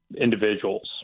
individuals